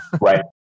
Right